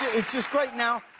it's just great now.